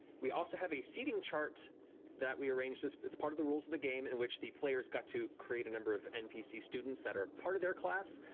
we also have a seating chart that we arranged, it's part of the rules of the game, in which the players got to create a number of npc students that are part of their class.